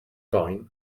boen